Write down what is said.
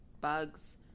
bugs